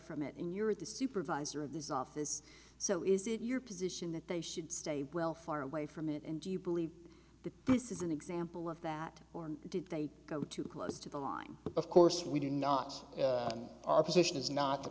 from it in your at the supervisor of this office so is it your position that they should stay well far away from it and do you believe that this is an example of that or did they go too close to the line of course we do not our position is not the